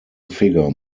figure